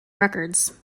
records